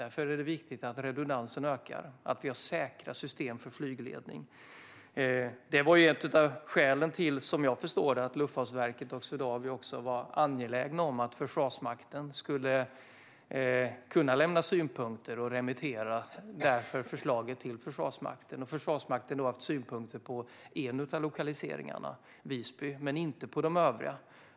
Därför är det viktigt att redundansen ökar och att vi har säkra system för flygledning. Som jag förstår det var det ett av skälen till att Luftfartsverket och Swedavia var angelägna om att Försvarsmakten skulle kunna lämna synpunkter. Man remitterade därför förslaget till Försvarsmakten. Försvarsmakten har haft synpunkter på en av lokaliseringarna - Visby - men inte på de övriga.